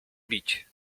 bić